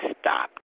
stop